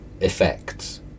effects